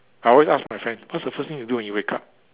I always ask my friends what's the first you do when you wake up